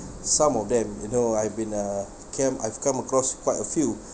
some of them you know I've been uh cam~ I've come across quite a few